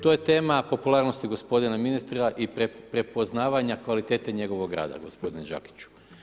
To je tema popularnosti gospodina ministra i prepoznavanja kvalitete njegovog rada gospodine Đakiću.